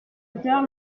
auteurs